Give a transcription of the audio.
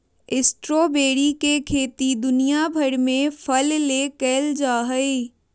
strawberry के खेती दुनिया भर में फल ले कइल जा हइ